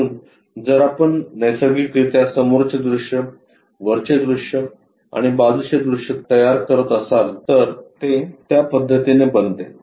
म्हणून जर आपण नैसर्गिकरित्या समोरचे दृश्य वरचे दृश्य आणि बाजूचे दृश्य तयार करत असाल तर ते त्या पध्दतीने बनते